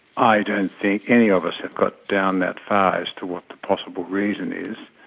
i don't think any of us have got down that far as to what the possible reason is.